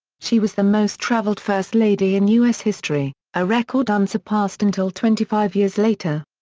she was the most traveled first lady in u s. history, a record unsurpassed until twenty-five years later.